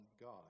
God